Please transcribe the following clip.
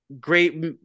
great